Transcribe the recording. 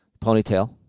Ponytail